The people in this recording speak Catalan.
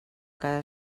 que